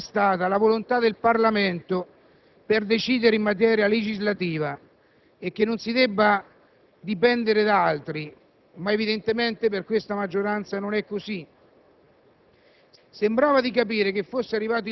Credevo che sarebbe bastata la volontà del Parlamento per decidere in materia legislativa e che non si debba dipendere da altri, ma evidentemente per questa maggioranza non è così.